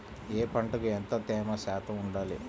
ఏ పంటకు ఎంత తేమ శాతం ఉండాలి?